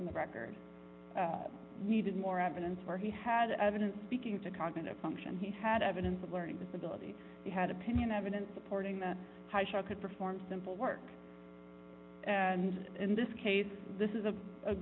in the record needed more evidence where he had evidence speaking to cognitive function he had evidence of learning disability he had opinion evidence supporting that show could perform simple work and in this case this is a a